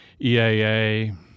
EAA